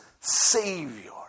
savior